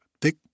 thick